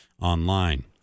online